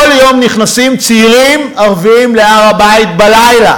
כל יום נכנסים צעירים ערבים להר-הבית בלילה